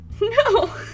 no